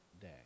day